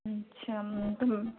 আচ্ছা হুঁ হুম